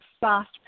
fast